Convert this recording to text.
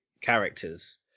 characters